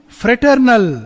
fraternal